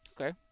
Okay